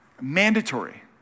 Mandatory